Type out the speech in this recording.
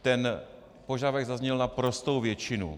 Ten požadavek zazněl: naprostou většinu.